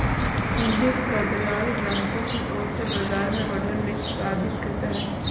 हुंडी का दलाल ग्राहकों की ओर से बाजार में ऑर्डर निष्पादित करता है